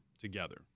together